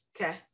okay